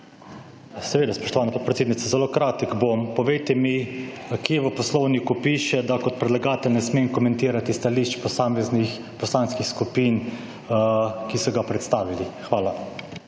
Seveda spoštovana podpredsednica, zelo kratek bom. Povejte mi, kje v Poslovniku piše, da kot predlagatelj ne smem komentirati stališč posameznih poslanskih skupin, ki so ga predstavili? Hvala.